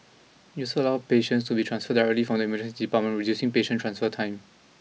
it so allow patients to be transferred directly from the Emergency Department reducing patient transfer time